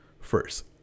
first